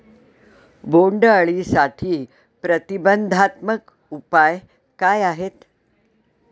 बोंडअळीसाठी प्रतिबंधात्मक उपाय काय आहेत?